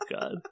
god